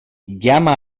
llama